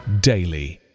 daily